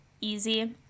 easy